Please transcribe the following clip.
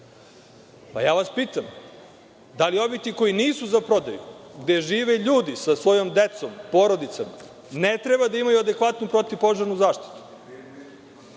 Ja vas pitam – da li objekti koji nisu za prodaju, gde žive ljudi sa svojom decom, porodicom, ne treba da imaju adekvatnu protivpožarnu zaštitu?